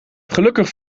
gelukkig